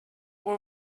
were